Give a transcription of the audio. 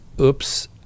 oops